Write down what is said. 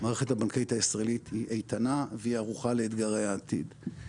המערכת הבנקאית הישראלית היא איתנה והיא ערוכה לאתגרי העתיד.